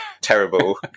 terrible